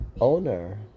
owner